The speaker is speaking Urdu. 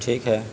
ٹھیک ہے